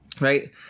right